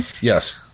Yes